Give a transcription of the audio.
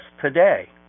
today